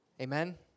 Amen